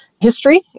history